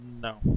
No